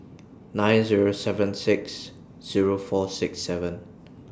nine Zero seven six Zero four six seven